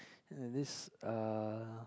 and this uh